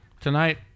tonight